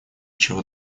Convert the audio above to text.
чего